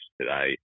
today